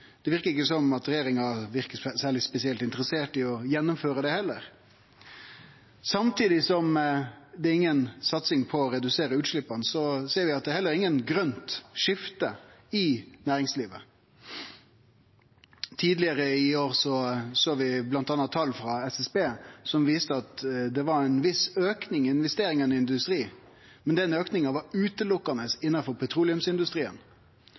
Det verkar ikkje som regjeringa er spesielt interessert i å gjennomføre det heller. Samtidig som det ikkje er noka satsing på å redusere utsleppa, ser vi at det heller ikkje er noko grønt skifte i næringslivet. Tidlegare i år såg vi bl.a. tal frå SSB som viste at det var ei viss auke i investeringane i industri, men den auka var berre innanfor petroleumsindustrien.